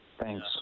Thanks